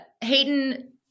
Hayden